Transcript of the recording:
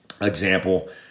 example